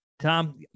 Tom